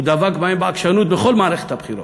הוא דבק בהם בעקשנות בכל מערכת הבחירות.